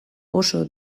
oso